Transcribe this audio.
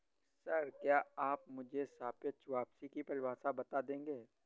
Sir, क्या आप मुझे सापेक्ष वापसी की परिभाषा बता देंगे?